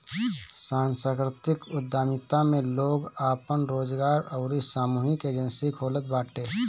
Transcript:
सांस्कृतिक उद्यमिता में लोग आपन रोजगार अउरी सामूहिक एजेंजी खोलत बाटे